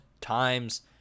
times